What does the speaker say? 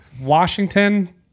Washington